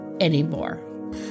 anymore